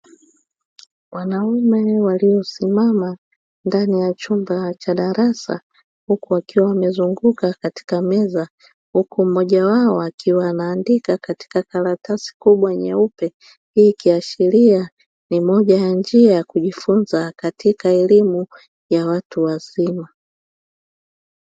Wanaume waliosimama ndani ya chumba cha darasa huku wakiwa wamezunguka katika meza, huku mmoja wao akiwa anaandika katika karatasi kubwa nyeupe; hii ikiashiria ni moja ya njia ya kujifunza katika elimu ya watu wazima.